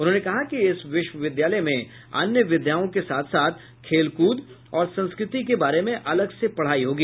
उन्होंने कहा कि इस विश्वविद्यालय में अन्य विधाओं के साथ साथ खेलकूद और संस्कृति के बारे में अलग से पढ़ाई होगी